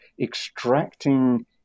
extracting